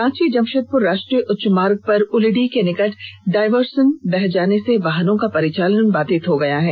रांची जमशेदपुर राष्ट्रीय उच्च मार्ग पर उलिडीह के समीप डायवर्सन बह जाने से वाहनों का परिचालन बाधित हो गया है